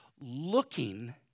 looking